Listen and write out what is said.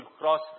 cross